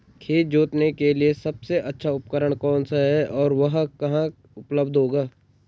खेत जोतने के लिए सबसे अच्छा उपकरण कौन सा है और वह कहाँ उपलब्ध होगा?